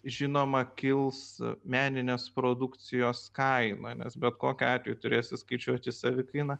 žinoma kils meninės produkcijos kaina nes bet kokiu atveju turės įskaičiuoti savikainą